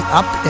up